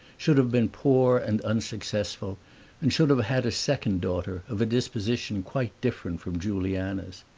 should have been poor and unsuccessful and should have had a second daughter, of a disposition quite different from juliana's.